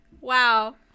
Wow